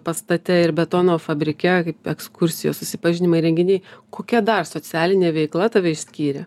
pastate ir betono fabrike kaip ekskursijos susipažinimo renginiai kokia dar socialinė veikla tave išskyrė